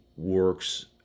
Works